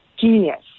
genius